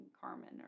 Carmen